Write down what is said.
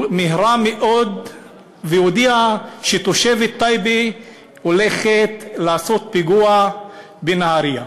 מיהרה מאוד והודיעה שתושבת טייבה הולכת לעשות פיגוע בנהריה.